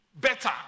Better